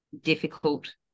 difficult